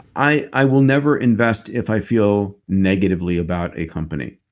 i i will never invest if i feel negatively about a company.